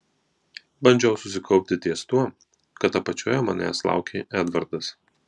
bandžiau susikaupti ties tuo kad apačioje manęs laukė edvardas